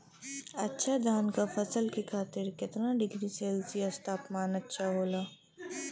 अच्छा धान क फसल के खातीर कितना डिग्री सेल्सीयस तापमान अच्छा होला?